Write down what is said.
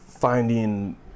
Finding